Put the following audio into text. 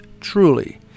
truly